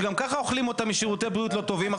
שגם ככה אוכלים אותה משירותי בריאות לא טובים.